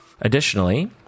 Additionally